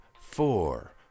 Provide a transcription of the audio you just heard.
four